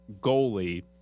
goalie